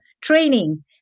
training